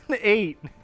Eight